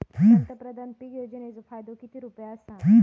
पंतप्रधान पीक योजनेचो फायदो किती रुपये आसा?